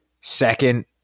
second